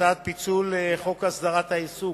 הצעת פיצול לחוק הסדרת העיסוק